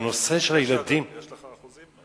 יש לך אחוזים?